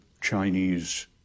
Chinese